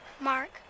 Mark